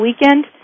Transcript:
weekend